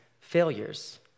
failures